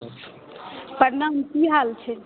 प्रणाम की हाल छै